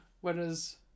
whereas